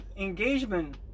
Engagement